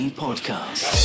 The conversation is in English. podcast